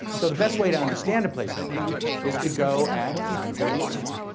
so, the best way to understand a place like that is to go at nine thirty at night,